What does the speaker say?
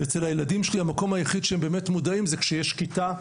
אצל הילדים שלי המקום היחיד שהם באמת מודעים זה כשיש כיתה,